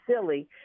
silly